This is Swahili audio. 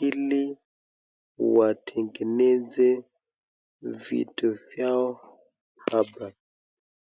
ili watengeneze vitu vyao hapa.